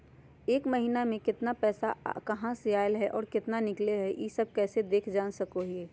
एक महीना में केतना पैसा कहा से अयले है और केतना निकले हैं, ई सब कैसे देख जान सको हियय?